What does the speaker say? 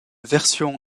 version